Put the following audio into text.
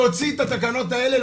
להוציא את התקנות האלה,